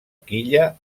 quilla